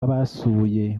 abasuye